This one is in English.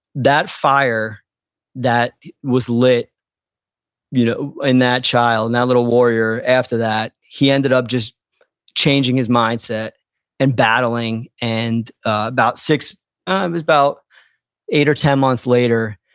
that fire that was lit you know in that child, that little warrior after that, he need up just changing his mindset and battling, and about six, it was about eight or ten months later,